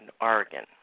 Oregon